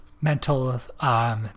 mental